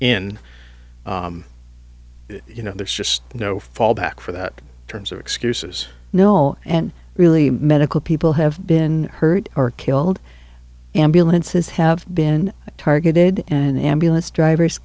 in you know there's just no fallback for that terms or excuses no and really medical people have been hurt or killed ambulances have been targeted and the ambulance drivers